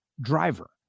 driver